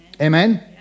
Amen